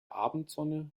abendsonne